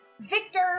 Victor